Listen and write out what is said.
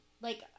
Like-